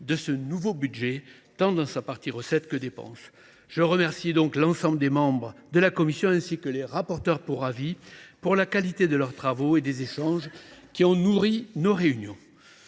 de ce nouveau budget, tant de son volet recettes que de son volet dépenses. Je remercie l’ensemble des membres de la commission, ainsi que les rapporteurs pour avis, de la qualité de leurs travaux et des échanges qui ont nourri nos réunions.